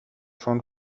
چون